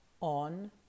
on